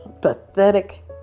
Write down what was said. pathetic